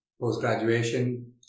post-graduation